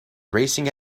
racing